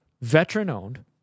veteran-owned